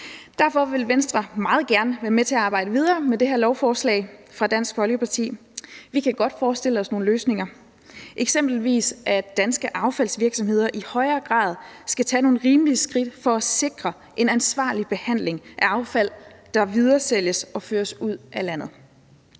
Derfor vil Venstre meget gerne være med til at arbejde videre med det her beslutningsforslag fra Dansk Folkeparti, og vi kan godt forestille os nogle løsninger, eksempelvis at danske affaldsvirksomheder i højere grad skal tage nogle rimelige skridt for at sikre en ansvarlig behandling af affald, der videresælges og føres ud af landet.